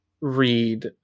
read